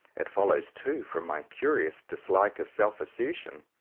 it follows too from my curious dislike of self-assertion,